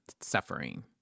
suffering